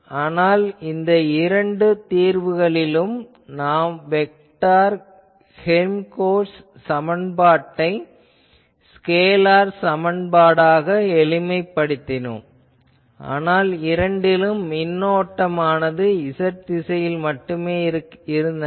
ஆனால் இந்த இரண்டு தீர்வுகளிலும் நாம் வெக்டார் ஹேல்ம்கோல்ட்ஸ் சமன்பாட்டை ஸ்கேலார் சமன்பாடாக எளிமைப்படுத்தினோம் ஏனெனில் இரண்டிலும் மின்னோட்டமானது Z திசையில் மட்டுமே இருந்தன